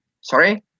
sorry